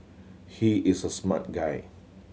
he is a smart guy